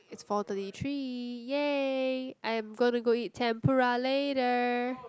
it's four thirty three yay I am gonna go eat tempura later